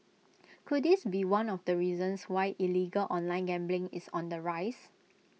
could this be one of the reasons why illegal online gambling is on the rise